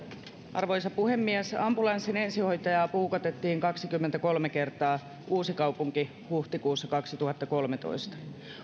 arvoisa puhemies ambulanssin ensihoitajaa puukotettiin kaksikymmentäkolme kertaa uusikaupunki huhtikuussa kaksituhattakolmetoista